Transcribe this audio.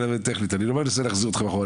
אני לא מנסה להחזיר אתכם אחורה.